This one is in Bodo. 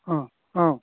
अ